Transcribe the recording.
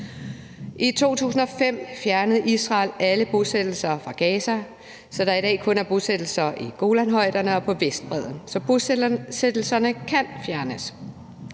I 2005 fjernede Israel alle bosættelser fra Gaza, så der i dag kun er bosættelser i Golanhøjderne og på Vestbredden. Så bosættelserne kan fjernes.